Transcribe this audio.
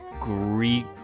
Greek